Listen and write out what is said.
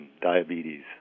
diabetes